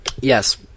Yes